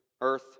earth